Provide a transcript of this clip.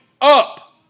up